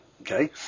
okay